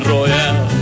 Royale